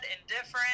indifferent